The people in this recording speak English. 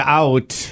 out